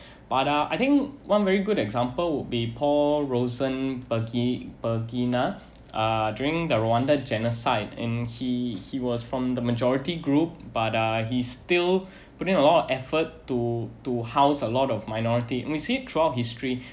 but uh I think one very good example would be paul ruseasabagi~ bagina uh during the rwandan genocide and he he was from the majority group but uh he still putting a lot of effort to to house a lot of minority we see it throughout history